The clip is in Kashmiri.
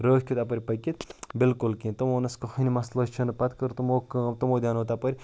رٲتھ کیُتھ اَپٲرۍ پٔکِتھ بلکل کِہیٖنۍ تمو ووٚنہَس کٕہٕنۍ مسلہٕ چھُنہٕ پَتہٕ کٔر تمو کٲم تمو دیٛانو تَپٲرۍ